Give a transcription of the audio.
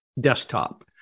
desktop